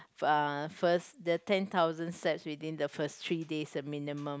uh first their ten thousand steps within the first three days minimum